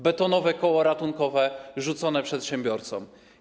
Betonowe koło ratunkowe rzucone przedsiębiorcom.